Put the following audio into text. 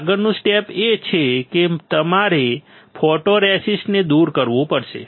આગળનું સ્ટેપ એ છે કે તમારે ફોટોરેસિસ્ટને દૂર કરવું પડશે